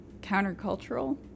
countercultural